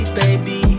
baby